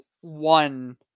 one